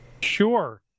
sure